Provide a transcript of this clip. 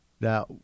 Now